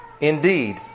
Indeed